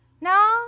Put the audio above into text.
No